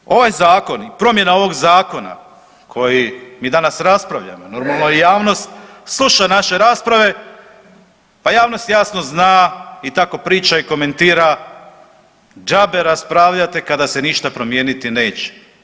Znači ovaj Zakon i promjena ovog Zakona koji mi danas raspravljamo, normalno i javnost, sluša naše rasprave pa javnost jasno zna i tako priča i komentira, džabe raspravljate kada se ništa promijeniti neće.